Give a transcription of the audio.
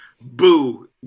Boo